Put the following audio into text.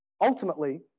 ultimately